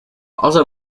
also